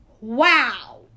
Wow